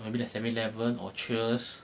or maybe like seven eleven or cheers